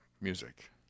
music